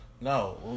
No